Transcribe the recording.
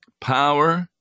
power